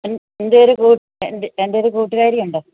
എൻ്റെ ഒരു എൻ്റെ ഒരു കൂട്ടുകാരി ഉണ്ട്